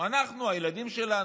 אנחנו, הילדים שלנו,